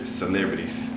celebrities